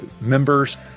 members